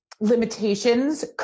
limitations